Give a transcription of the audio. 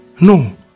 No